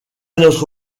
notre